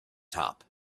top